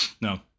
No